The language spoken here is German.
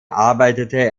arbeitete